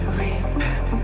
repent